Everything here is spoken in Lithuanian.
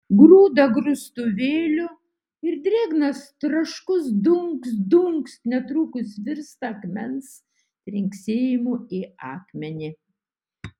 grūda grūstuvėliu ir drėgnas traškus dunkst dunkst netrukus virsta akmens trinksėjimu į akmenį